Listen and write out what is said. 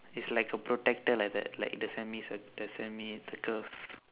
it's like a protector like that like the semicir~ the semicircle